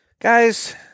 Guys